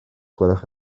gwelwch